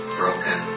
broken